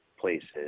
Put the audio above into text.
places